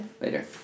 Later